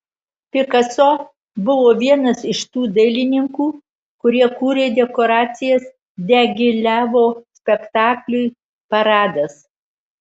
pikaso buvo vienas iš tų dailininkų kurie kūrė dekoracijas diagilevo spektakliui paradas